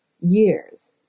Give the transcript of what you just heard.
years